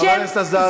חברת הכנסת עזריה.